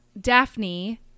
daphne